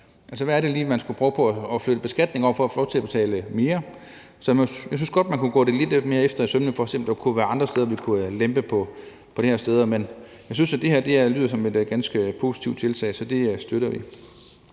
Altså, hvorfor er det lige, at man skulle prøve at flytte beskatningen over for at få lov til at betale mere? Så jeg synes godt, man kunne gå det lidt mere efter i sømmene for at se, om der kunne være andre steder, vi kunne lempe. Men jeg synes, det her lyder som et ganske positivt tiltag, så det støtter vi.